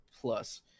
plus